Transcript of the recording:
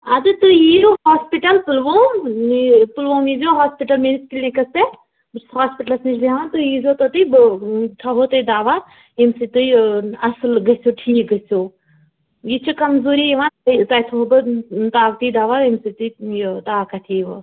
اَدٕ تُہۍ یِیِو ہاسپِٹل پُلووُم یہِ پُلوُوم یِیٖزیٚو ہاسپِٹَل میٛٲنِس کِلنِکَس پٮ۪ٹھ بہٕ چھَس ہاسپِٹَلَس نِش بیٚہوان تُہۍ یِیٖزیٚو توٚتٕے بہٕ تھاوہَو تۅہہِ دوا ییٚمہِ سۭتۍ تُہۍ اَصٕل گٔژھِو ٹھیٖک گٔژھِو یہِ چھِ کَمزوٗری یِوَن تۄہہِ تھاوہو بہٕ طاقتی دوا ییٚمہِ سۭتۍ تۄہہِ یہِ طاقت یِیٖوٕ